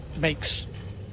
makes